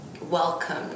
Welcome